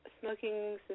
smoking